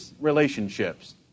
relationships